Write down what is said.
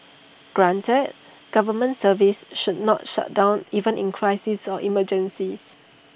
granted government services should not shut down even in crises or emergencies